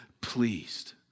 pleased